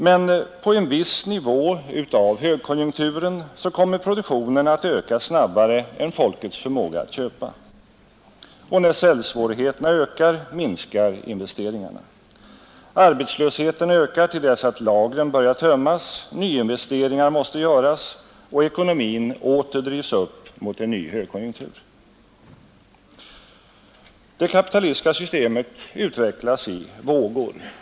Men på en viss nivå av högkonjunkturen kommer produktionen att öka snabbare än folkets förmåga att köpa. Och när säljsvårigheterna ökar, minskar investeringarna. Arbetslösheten ökar, till dess att lagren börjar tömmas, nyinvesteringar måste göras och ekonomin åter drivas upp mot en högkonjunktur. Det kapitalistiska systemet utvecklas i vågor.